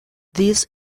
this